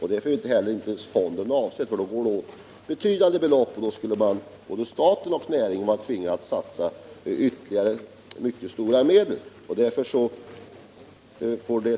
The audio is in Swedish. Sådana är fonden inte avsedd för — i så fall skulle staten och jordbruksnäringen vara tvungna att satsa mycket stora belopp.